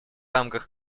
рамках